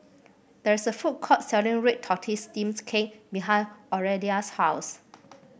there is a food court selling red tortoise steams cake behind Aurelia's house